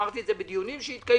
אמרתי את זה בדיונים שהתקיימו,